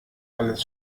alles